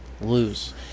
lose